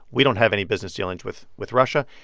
we don't have any business dealings with with russia.